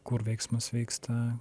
kur veiksmas vyksta